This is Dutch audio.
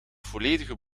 volledige